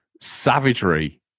Savagery